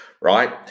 Right